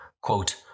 quote